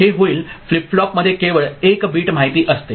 हे होईल फ्लिप फ्लॉपमध्ये केवळ 1 बिट माहिती असते